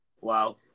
Wow